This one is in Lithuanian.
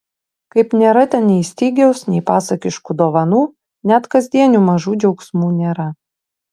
kaip nėra ten nei stygiaus nei pasakiškų dovanų net kasdienių mažų džiaugsmų nėra